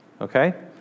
okay